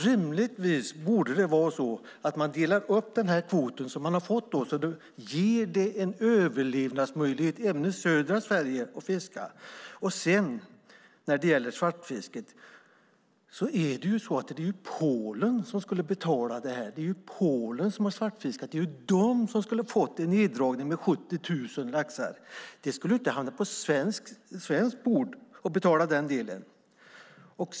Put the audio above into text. Rimligtvis borde man dela upp den kvot som man har fått så att det ger en överlevnadsmöjlighet för fisket även i södra Sverige. Det är Polen som ska betala för svartfisket. Det är Polen som har svartfiskat, och det är de som skulle ha fått en neddragning med 70 000 laxar. Det skulle inte läggas på Sverige att betala den delen.